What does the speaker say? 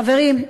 חברים,